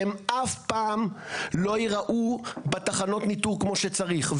הם אף פעם לא ייראו בתחנות ניטור כמו שצריך,